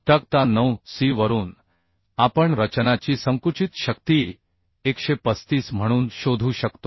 तक्ता 9 सी वरून आपण रचनाची संकुचित शक्ती 135 म्हणून शोधू शकतो